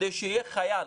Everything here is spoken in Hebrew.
כדי שיהיה חייל,